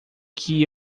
que